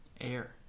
Air